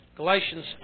Galatians